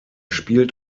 spielt